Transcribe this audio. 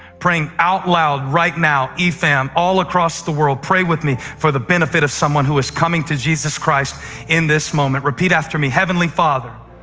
praying out loud right now, efam all across the world, pray with me for the benefit of someone who is coming to jesus christ in this moment. repeat after me. heavenly father,